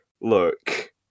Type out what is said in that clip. look